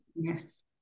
Yes